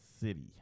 City